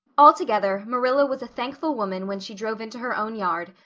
altogether, marilla was a thankful woman when she drove into her own yard,